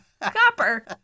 Copper